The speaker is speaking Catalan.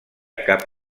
cap